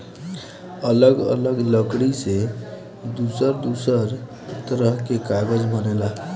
अलग अलग लकड़ी से दूसर दूसर तरह के कागज बनेला